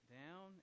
down